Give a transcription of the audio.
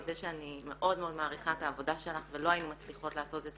עם זה שאני מאוד מאוד מעריכה את העבודה שלך ולא היינו מצליחות לעשות את